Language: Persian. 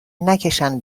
نکشن